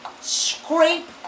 scrape